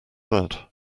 that